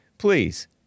Please